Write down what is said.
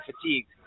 fatigued